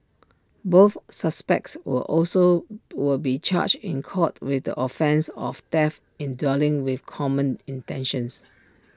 both suspects will also will be charged in court with the offence of theft in dwelling with common intentions